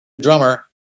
drummer